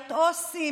פיילוט עו"סים,